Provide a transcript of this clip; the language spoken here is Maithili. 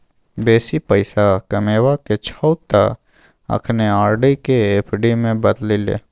बेसी पैसा कमेबाक छौ त अखने आर.डी केँ एफ.डी मे बदलि ले